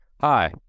Hi